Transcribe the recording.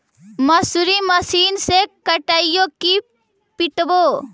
मसुरी मशिन से कटइयै कि पिटबै?